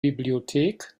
bibliothek